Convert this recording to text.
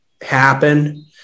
happen